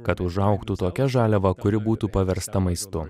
kad užaugtų tokia žaliava kuri būtų paversta maistu